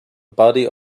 body